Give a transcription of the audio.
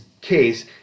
case